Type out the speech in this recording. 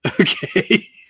Okay